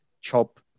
chop